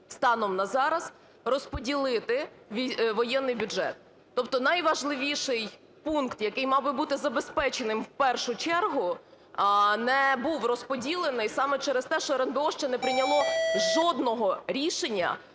станом на зараз розподілити воєнний бюджет. Тобто найважливіший пункт, який мав би бути забезпеченим в першу чергу, не був розподілений саме через те, що РНБО ще не прийняло жодного рішення